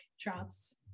drops